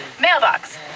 Mailbox